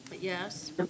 Yes